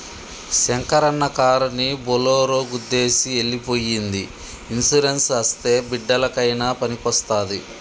శంకరన్న కారుని బోలోరో గుద్దేసి ఎల్లి పోయ్యింది ఇన్సూరెన్స్ అస్తే బిడ్డలకయినా పనికొస్తాది